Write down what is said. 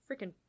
freaking